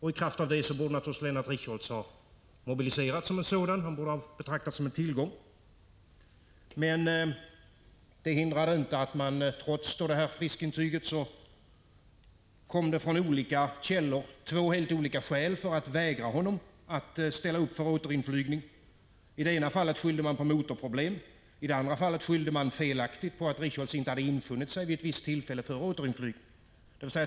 I kraft av det borde naturligtvis Lennart Richholtz ha mobiliserats som en sådan. Han borde ha betraktats som en tillgång. Men det hindrade inte att man trots friskintyget från olika källor anförde två helt olika skäl för att vägra honom att ställa upp till återinflygning. I det ena fallet skyllde man på motorproblem. I det andra fallet skyllde man felaktigt på att Richholtz inte hade infunnit sig vid ett visst tillfälle för återinflygning.